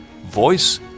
voice